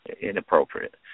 inappropriate